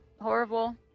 horrible